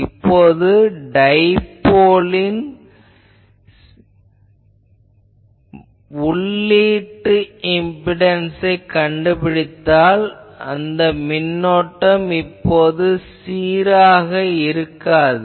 இப்போது டைபோலின் உள்ளீட்டு இம்பிடன்சைக் கண்டுபிடித்தால் மின்னோட்டம் சீராக இருக்காது